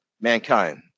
mankind